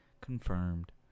confirmed